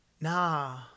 nah